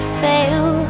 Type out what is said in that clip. fail